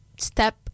step